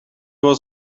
was